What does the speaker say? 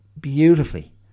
beautifully